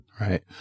Right